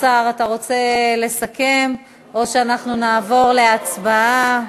השר, אתה רוצה לסכם או שאנחנו נעבור להצבעה?